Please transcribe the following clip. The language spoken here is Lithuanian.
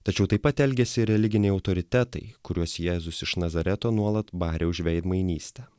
tačiau taip pat elgiasi ir religiniai autoritetai kuriuos jėzus iš nazareto nuolat barė už veidmainystę